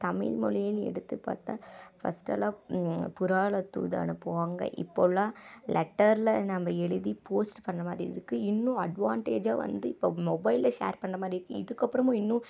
தமிழ் மொழியில் எடுத்து பார்த்தா ஃபஸ்ட்டெல்லாம் புறாவில் தூது அனுப்புவாங்கள் இப்போலாம் லெட்டரில் நம்ம எழுதி போஸ்ட் பண்ணுற மாதிரி இருக்குது இன்னும் அட்வான்டேஜா வந்து இப்போ மொபைலில் ஷேர் பண்ணுற மாதிரி இருக்குது இதுக்கப்புறமும் இன்னும்